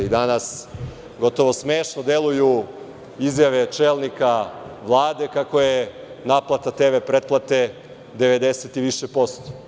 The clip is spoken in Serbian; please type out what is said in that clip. Danas gotovo smešno deluju izjave čelnika Vlade kako je naplata TV pretplate 90 i više posto.